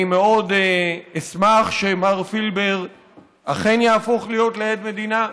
אני מאוד אשמח שמר פילבר אכן יהפוך להיות לעד מדינה,